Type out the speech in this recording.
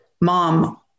mom